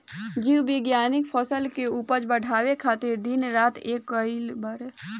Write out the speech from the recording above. जीव विज्ञानिक फसल के उपज बढ़ावे खातिर दिन रात एक कईले बाड़े